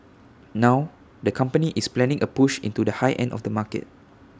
now the company is planning A push into the high end of the market